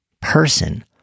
person